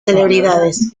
celebridades